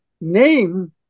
name